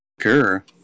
Sure